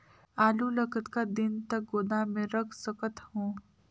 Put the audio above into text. आलू ल कतका दिन तक गोदाम मे रख सकथ हों?